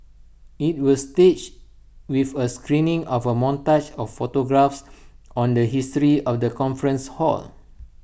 IT will staged with A screening of A montage of photographs on the history of the conference hall